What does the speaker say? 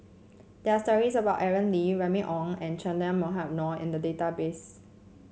there are stories about Aaron Lee Remy Ong and Che Dah Mohamed Noor in the database